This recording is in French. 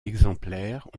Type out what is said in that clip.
exemplaires